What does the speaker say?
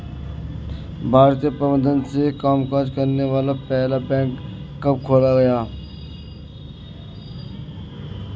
भारतीय प्रबंधन से कामकाज करने वाला पहला बैंक कब खोला गया?